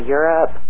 Europe